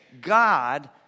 God